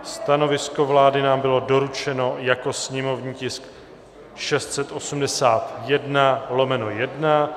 Stanovisko vlády nám bylo doručeno jako sněmovní tisk 681/1.